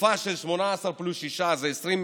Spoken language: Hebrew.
תקופה של 18 פלוס שישה, שזה